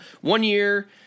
one-year